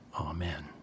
Amen